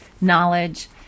knowledge